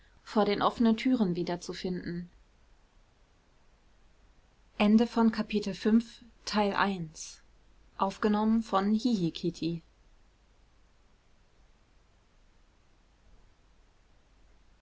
vor den offenen türen wiederzufinden